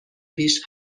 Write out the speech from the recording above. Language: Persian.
پیش